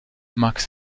max